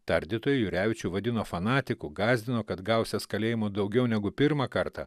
tardytojai jurevičių vadino fanatiku gąsdino kad gausiąs kalėjimų daugiau negu pirmą kartą